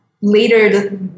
later